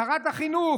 שרת החינוך,